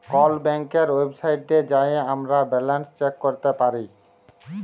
call ব্যাংকের ওয়েবসাইটে যাঁয়ে আমরা ব্যাল্যান্স চ্যাক ক্যরতে পায়